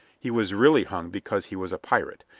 he was really hung because he was a pirate,